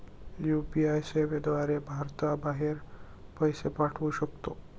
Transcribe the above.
UPI सेवेद्वारे भारताबाहेर पैसे पाठवू शकतो